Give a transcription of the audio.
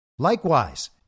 Likewise